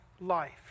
life